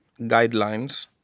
guidelines